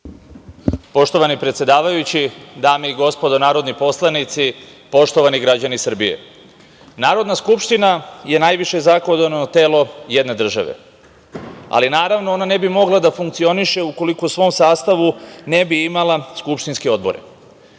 Poštovani predsedavajući, Dame i gospodo narodni poslanici, poštovani građani Srbije, Narodna skupština je najviše zakonodavno telo jedne države, ali naravno ona ne bi mogla da funkcioniše ukoliko u svom sastavu ne bi imala skupštinske